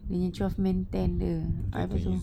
we need twelve men tent dia habis tu